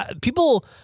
people